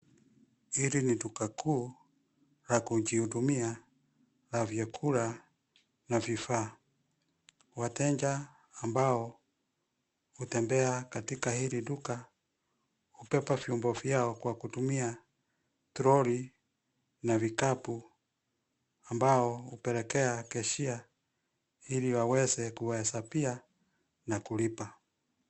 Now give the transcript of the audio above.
Hili ni duka kuu la kujihudumia la vyakula na vifaa. Wateja ambao hutembea katika hili duka hubeba vyombo vyao kwa kutumia troli na vikapu ambao hupelekea keshia ili kuweza pia na kulipa.